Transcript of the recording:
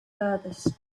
furthest